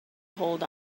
hold